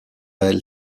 elle